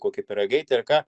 kokį pyragaitį ar ką